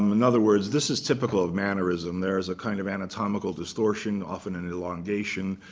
um in other words, this is typical of mannerism. there is a kind of anatomical distortion, often an elongation.